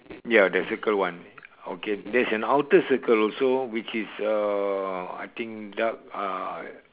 ya the circle one okay there's an outer circle also which is uh I think dark uh